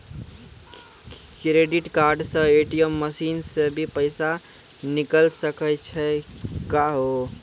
Credit card से ATM machine से भी पैसा निकल सकै छि का हो?